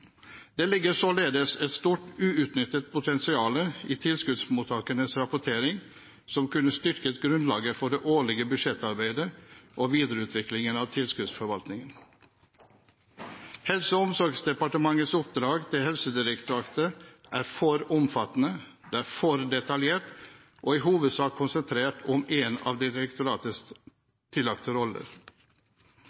Det ligger således et stort uutnyttet potensial i tilskuddsmottakernes rapportering som kunne styrket grunnlaget for det årlige budsjettarbeidet og videreutviklingen av tilskuddsforvaltningen. Helse- og omsorgsdepartementets oppdrag til Helsedirektoratet er for omfattende, for detaljert og i hovedsak konsentrert om én av direktoratets